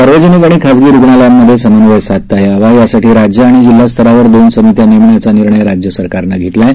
सार्वजनिक आणि खाजगी रुग्णालयांमध्ये समन्वय साधता यावा यासाठी राज्य आणि जिल्हा स्तरावर दोन समित्या नेमण्याचा निर्णय राज्य सरकारनं घेतला आहे